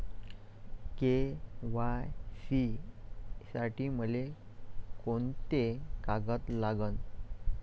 KYC साठी मले कोंते कागद लागन?